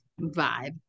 vibe